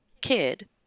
kid